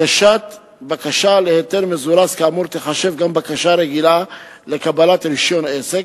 הגשת בקשה להיתר מזורז כאמור תיחשב גם בקשה רגילה לקבלת רשיון עסק,